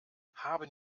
haben